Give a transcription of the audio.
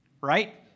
right